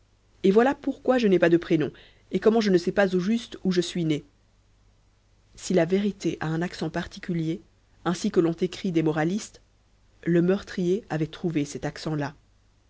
et voilà pourquoi je n'ai pas de prénom et comment je ne sais pas au juste où je suis né si la vérité a un accent particulier ainsi que l'ont écrit des moralistes le meurtrier avait trouvé cet accent là